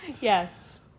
Yes